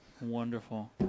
Wonderful